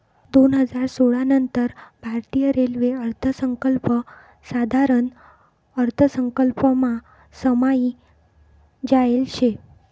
दोन हजार सोळा नंतर भारतीय रेल्वे अर्थसंकल्प साधारण अर्थसंकल्पमा समायी जायेल शे